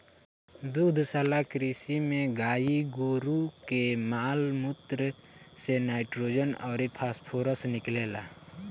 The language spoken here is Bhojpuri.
दुग्धशाला कृषि में गाई गोरु के माल मूत्र से नाइट्रोजन अउर फॉस्फोरस निकलेला